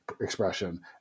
expression